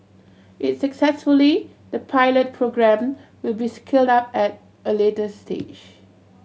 if successful the pilot programme will be scaled up at a later stage